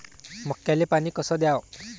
मक्याले पानी कस द्याव?